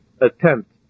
attempt